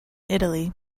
italy